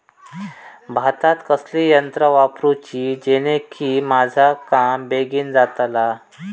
भातात कसली यांत्रा वापरुची जेनेकी माझा काम बेगीन जातला?